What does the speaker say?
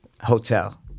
Hotel